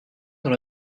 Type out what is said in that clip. dans